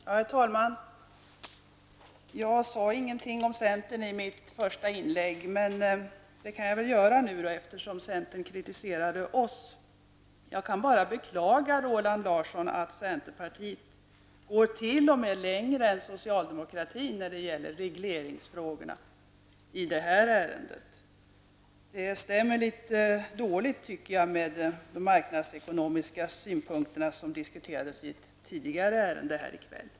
Herr talman! Jag sade ingenting om centern i mitt inlägg, men det kan jag väl göra nu eftersom centerns representant kritiserade oss. Jag kan bara beklaga, Roland Larsson, att centern går t.o.m. längre än socialdemokratin när det gäller regleringsfrågorna i det här ärendet. Det stämmer dåligt, tycker jag, med de marknadsekonomiska synpunkter som diskuterades i samband med tidigare ärende här i kväll.